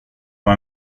med